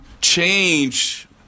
change